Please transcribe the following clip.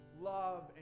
love